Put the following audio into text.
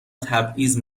تبعیض